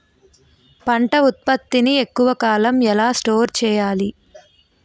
పంట ఉత్పత్తి ని ఎక్కువ కాలం ఎలా స్టోర్ చేయాలి?